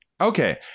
okay